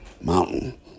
mountain